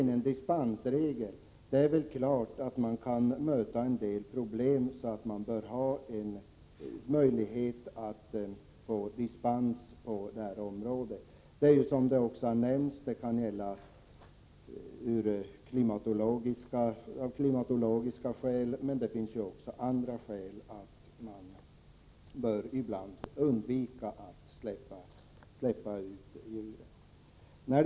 Sedan är det väl klart att det kan finnas en del problem, så att det bör finnas möjlighet att få dispens. Det kan vara klimatologiska skäl men också andra skäl som gör att man ibland bör undvika att släppa ut djuren.